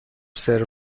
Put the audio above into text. سرو